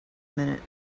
minute